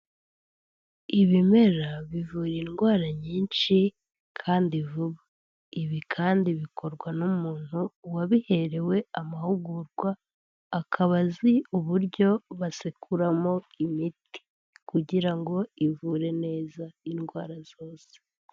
Ibimera bivura indwara nyinshi kandi vuba. Ibi kandi bikorwa n'umuntu wabiherewe amahugurwa, akaba azi uburyo basekuramo imiti. Kugira ngo ivure neza indwara zose.